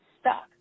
stuck